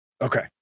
Okay